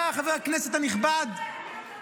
אתה חבר הכנסת הנכבד --- אני יותר מנומסת ממך.